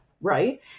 right